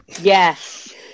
yes